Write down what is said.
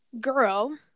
girl